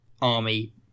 army